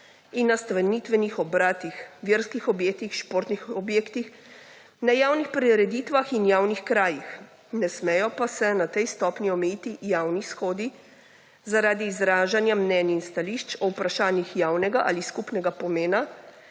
in nastanitvenih obratih, verskih objektih, športnih objektih, na javnih prireditvah in javnih krajih. Ne smejo pa se na tej stopnji omejiti javni shodi zaradi izražanja mnenj in stališč o vprašanjih javnega ali skupnega pomena